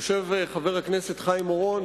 יושב כאן חבר הכנסת חיים אורון,